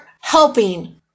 helping